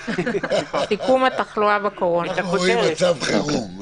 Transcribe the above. המקרים, בשבוע 37 היינו בסביבות